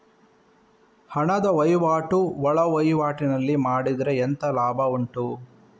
ಹಣದ ವಹಿವಾಟು ಒಳವಹಿವಾಟಿನಲ್ಲಿ ಮಾಡಿದ್ರೆ ಎಂತ ಲಾಭ ಉಂಟು?